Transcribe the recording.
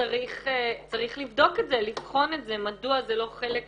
שצריך לבדוק את זה, לבחון את זה, מדוע זה לא חלק.